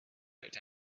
looked